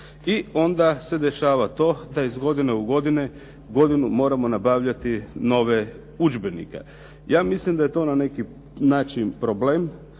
I onda se dešava to da iz godine u godinu moramo nabavljati nove udžbenike. Ja mislim da je to na neki način problem.